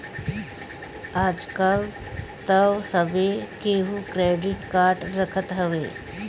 आजकल तअ सभे केहू क्रेडिट कार्ड रखत हवे